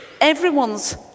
Everyone's